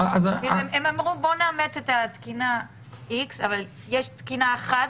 הם אמרו בואו נאמץ את התקינה איקס אבל יש תקינה אחת